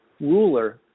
ruler